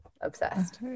Obsessed